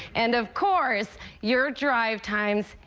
and of course your drive times.